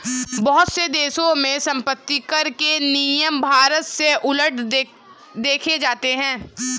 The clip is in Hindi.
बहुत से देशों में सम्पत्तिकर के नियम भारत से उलट देखे जाते हैं